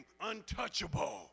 untouchable